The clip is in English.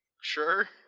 Sure